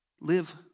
Live